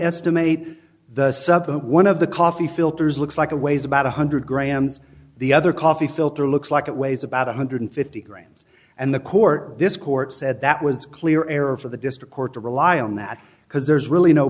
estimate the sub one of the coffee filters looks like a weighs about one hundred grams the other coffee filter looks like it weighs about one hundred fifty grams and the court this court said that was clear error for the district court to rely on that because there's really no